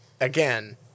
again